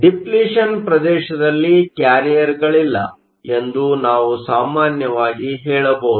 depletion ಪ್ರದೇಶದಲ್ಲಿ ಕ್ಯಾರಿಯರ್Carrierಗಳಿಲ್ಲ ಎಂದು ನಾವು ಸಾಮಾನ್ಯವಾಗಿ ಹೇಳಬಹುದು